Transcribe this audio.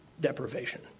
deprivation